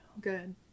good